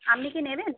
আপনি কি নেবেন